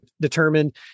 determined